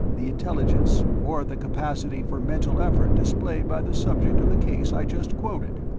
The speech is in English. the intelligence or the capacity for mental effort displayed by the subject of the case i just quoted.